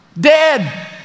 dead